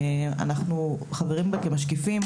אנחנו חברים בה כמשקיפים.